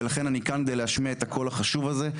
לכן אני כאן כדי להשמיע את הקול החשוב הזה,